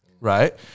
right